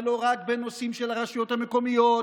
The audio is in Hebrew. ולא רק בנושאים של רשויות מקומיות,